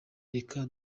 reka